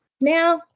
now